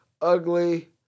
Ugly